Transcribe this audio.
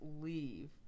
leave